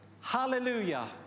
Hallelujah